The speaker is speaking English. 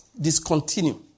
discontinue